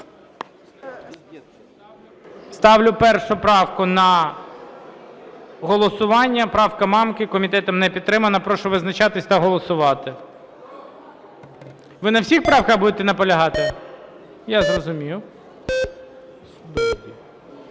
Ставлю 1 правку на голосування. Правка Мамки комітетом не підтримана. Прошу визначатись та голосувати. Ви на всіх правках будете наполягати? Я зрозумів.